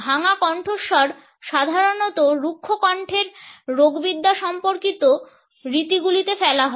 ভাঙা কণ্ঠস্বর সাধারণত রুক্ষ কণ্ঠের রোগবিদ্যা সম্পর্কিত রীতিগুলিতে ফেলা হয়